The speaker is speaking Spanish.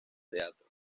teatro